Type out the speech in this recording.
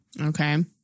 Okay